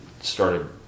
started